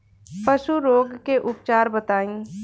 पशु रोग के उपचार बताई?